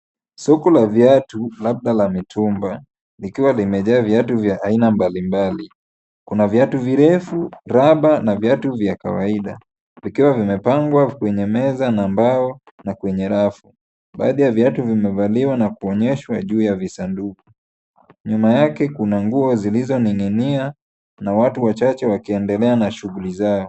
Soko la viatu labda la mitumba likiwa limejaa viatu vya aina mbalimbali. Kuna viatu virefu, raba na viatu vya kawaida vikiwa vimepangwa kwenye meza na mbao na kwenye rafu. Baadhi ya viatu vimevaliwa na kuonyeshwa juu ya visanduku, nyuma yake kuna nguo zilizoning'inia, kuna watu wachache wakiendelea na shughuli zao.